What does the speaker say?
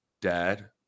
dad